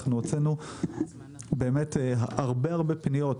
אנחנו הוצאנו באמת הרבה הרבה פניות,